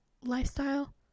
lifestyle